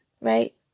right